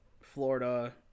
Florida